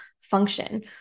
function